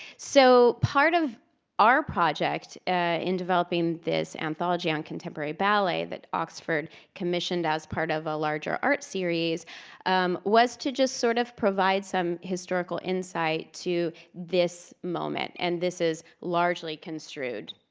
so part of our project in developing this anthology on contemporary ballet that oxford commissioned as part of a larger art series was to just sort of provide some historical insight to this moment. and this is largely construed.